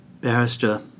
barrister